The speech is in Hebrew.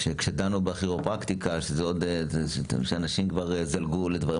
כשדנו בכירופרקטיקה שזהו עוד תחום שבו אנשים זלגו לדברים